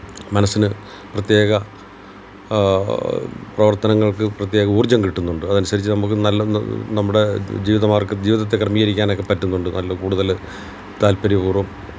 മനസ്സിന് പ്രത്യേക പ്രവര്ത്തനങ്ങള്ക്ക് പ്രത്യേക ഊര്ജ്ജം കിട്ടുന്നുണ്ട് അതനുസരിച്ച് നമ്മൾക്ക് നല്ലതെന്ന് നമ്മുടെ ജീവിതമാര്ഗ്ഗം ജീവിതത്തെ ക്രമീകരിക്കാനൊക്കെ പറ്റുന്നുണ്ട് നല്ല കൂടുതൽ താല്പര്യപൂര്വ്വം